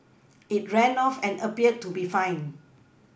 it ran off and appeared to be fine